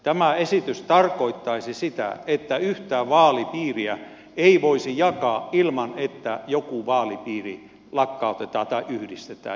tämä esitys tarkoittaisi sitä että yhtään vaalipiiriä ei voisi jakaa ilman että joku vaalipiiri lakkautetaan tai yhdistetään johonkin